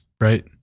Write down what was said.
right